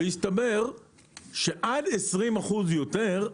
בהסתבר שעד 20 אחוזים יותר,